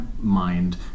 mind